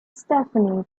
stephanie